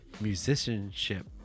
musicianship